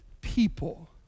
people